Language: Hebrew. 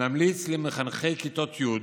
נמליץ למחנכי כיתות י'